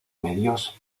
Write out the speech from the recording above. medios